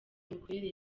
imikorere